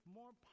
more